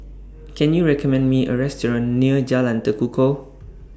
Can YOU recommend Me A Restaurant near Jalan Tekukor